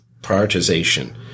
prioritization